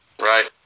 Right